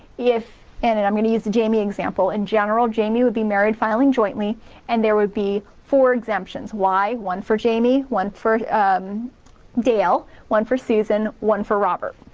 if, and and i'm gonna use the jamie example in general jamie would be married filing jointly and there will be four exemptions. why? one for jamie one for um dale, one for susan, one for robert.